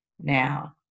Now